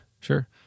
Sure